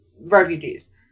refugees